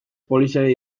poliziari